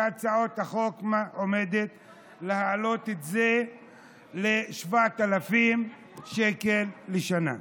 והצעת החוק עומדת להעלות את זה ל-7,000 שקל לשנה.